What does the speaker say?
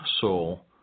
soul